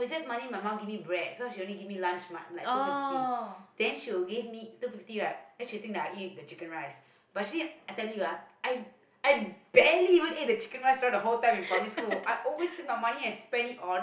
!oh!